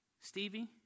Stevie